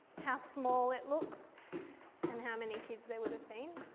how small it looks and how many kids there would have been.